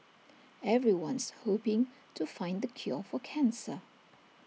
everyone's hoping to find the cure for cancer